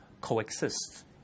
coexist